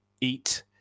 eat